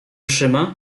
trzyma